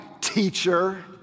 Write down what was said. teacher